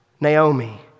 Naomi